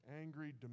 angry